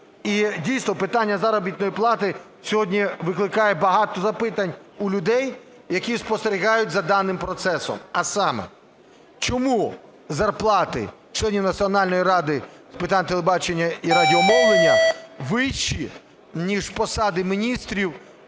І дійсно питання заробітної плати сьогодні викликає багато запитань у людей, які спостерігають за даним процесом. А саме, чому зарплати членів Національної ради з питань телебачення і радіомовлення вищі, ніж посади міністрів,